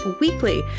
weekly